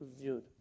viewed